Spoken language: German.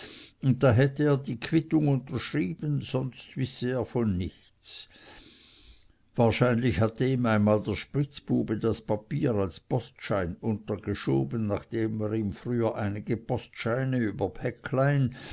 und da hätte er die quittung unterschrieben sonst wisse er von nichts wahrscheinlich hatte ihm einmal der spitzbube das papier als postschein untergeschoben nach dem er ihn früher einige postscheine über päcklein